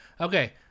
Okay